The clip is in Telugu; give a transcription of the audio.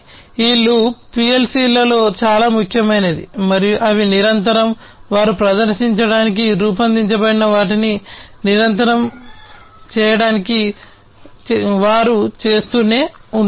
ఈ లూప్ పిఎల్సిలో చాలా ముఖ్యమైనది మరియు అవి నిరంతరం వారు ప్రదర్శించడానికి రూపొందించబడిన వాటిని నిరంతరం చేయటానికి వారు చేస్తూనే ఉంటారు